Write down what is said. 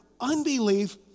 unbelief